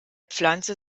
pflanze